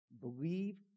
believe